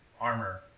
armor